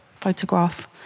photograph